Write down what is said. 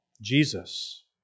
Jesus